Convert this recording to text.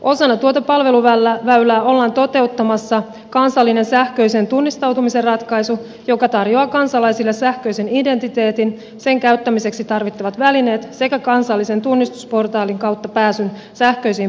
osana tuota palveluväylää ollaan toteuttamassa kansallinen sähköisen tunnistautumisen ratkaisu joka tarjoaa kansalaisille sähköisen identiteetin sen käyttämiseksi tarvittavat välineet sekä kansallisen tunnistusportaalin kautta pääsyn sähköisiin palveluihin